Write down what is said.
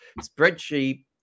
spreadsheet